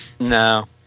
No